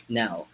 now